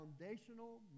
foundational